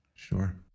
Sure